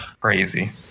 Crazy